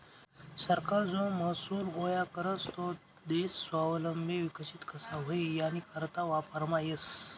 सरकार जो महसूल गोया करस तो देश स्वावलंबी विकसित कशा व्हई यानीकरता वापरमा येस